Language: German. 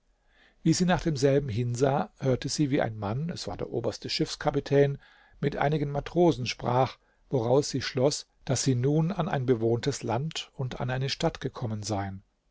wie sie nach demselben hinsah hörte sie wie ein mann es war der oberste schiffskapitän mit einigen matrosen sprach woraus sie schloß daß sie nun an ein bewohntes land und an eine stadt gekommen seien